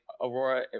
Aurora